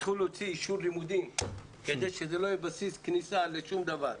התחילו להוציא אישור לימודים כדי שזה לא יהיה בסיס כניסה לשום דבר.